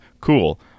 cool